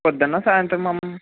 పొద్దున్నా సాయంత్రమా